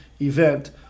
event